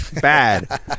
bad